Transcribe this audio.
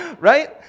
Right